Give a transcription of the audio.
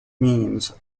means